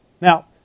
Now